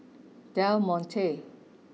Del Monte